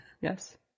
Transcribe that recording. Yes